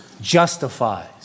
justifies